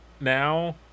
now